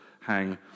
hang